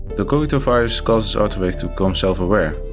the cogito virus causes autoreivs to become self-aware.